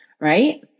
Right